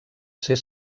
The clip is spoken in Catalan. ser